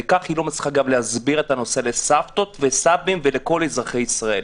וכך היא לא מצליחה להסביר את הנושא לסבתות וסבים ולכל אזרחי ישראל.